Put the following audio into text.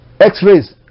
X-rays